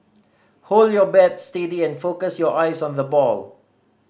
hold your bat steady and focus your eyes on the ball